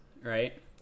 right